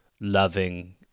loving